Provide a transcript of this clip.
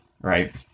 Right